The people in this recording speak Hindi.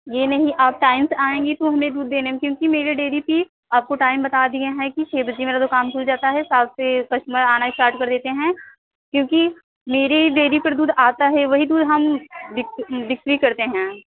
जी नहीं आप टाइम से आएँगी तो हमें दूध देने में क्योंकि मेरे डेरी की आपको टाइम बता दिए हैं कि छ बजे मेरा दुकान खुल जाता है सात से कस्टमर आना स्टार्ट कर देते हैं क्योंकि मेरी डेरी पर दूध आता है वही दूध हम बिक्री करते हैं